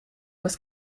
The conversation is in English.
was